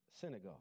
synagogue